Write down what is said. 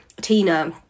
Tina